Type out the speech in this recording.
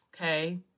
okay